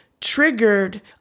triggered